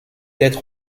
être